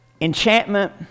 enchantment